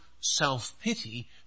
self-pity